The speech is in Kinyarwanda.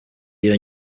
iyo